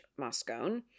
Moscone